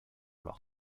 leur